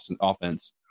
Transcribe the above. offense